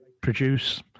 produce